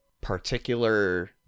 particular